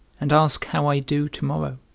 and ask how i do to-morrow.